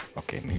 okay